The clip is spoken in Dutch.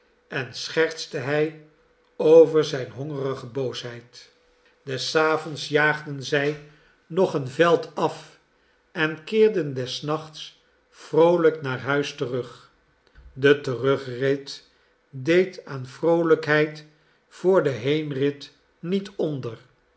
en schertste hij over zijn hongerige boosheid des avonds jaagden zij nog een veld af en keerden des nachts vroolijk naar huis terug de terugrit deed aan vroolijkheid voor den heenrit niet onder